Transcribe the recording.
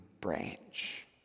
branch